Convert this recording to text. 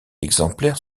exemplaires